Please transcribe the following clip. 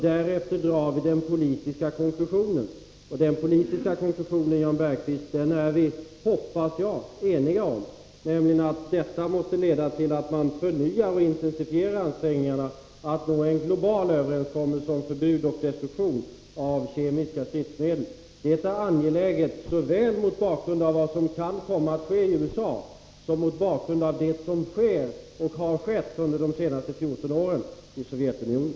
Därefter drar vi den politiska konklusionen, och den politiska konklusionen, Jan Bergqvist, är vi, hoppas jag, eniga om, nämligen att detta måste leda till att man förnyar och intensifierar ansträngningarna att nå en global överenskommelse om förbud och destruktion av kemiska stridsmedel. Det är angeläget, såväl mot bakgrund av vad som kan komma att ske i USA som mot bakgrund av det som sker och har skett under de senaste 14 åren i Sovjetunionen.